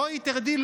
בואי, תרדי.